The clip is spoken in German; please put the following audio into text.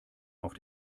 auf